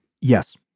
Yes